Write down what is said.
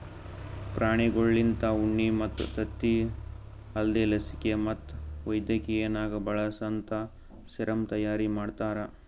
ಪ್ರಾಣಿಗೊಳ್ಲಿಂತ ಉಣ್ಣಿ ಮತ್ತ್ ತತ್ತಿ ಅಲ್ದೇ ಲಸಿಕೆ ಮತ್ತ್ ವೈದ್ಯಕಿನಾಗ್ ಬಳಸಂತಾ ಸೆರಮ್ ತೈಯಾರಿ ಮಾಡ್ತಾರ